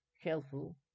helpful